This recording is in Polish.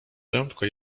prędko